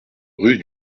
rue